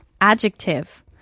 Adjective